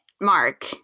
mark